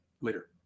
later